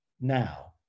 now